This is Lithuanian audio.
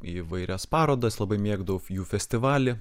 įvairias parodas labai mėgdavau jų festivalį